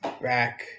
back